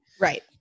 Right